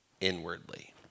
inwardly